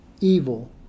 Evil